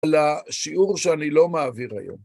לשיעור שאני לא מעביר היום.